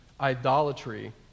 idolatry